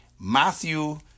Matthew